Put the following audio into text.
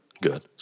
Good